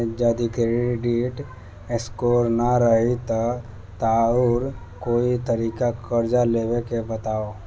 जदि credit score ना रही त आऊर कोई तरीका कर्जा लेवे के बताव?